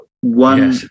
one